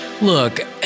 Look